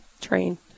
train